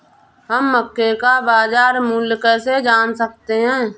हम मक्के का बाजार मूल्य कैसे जान सकते हैं?